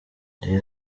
njyewe